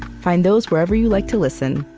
find those wherever you like to listen,